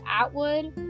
Atwood